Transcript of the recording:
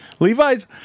Levi's